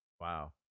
Wow